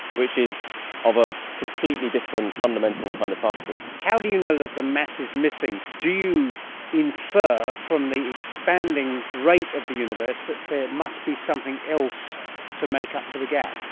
which is of a completely different fundamental kind of particle. how do you know that the mass is missing? do you infer from the expanding rate of the universe that there must be something else to make up for the gap?